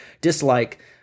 dislike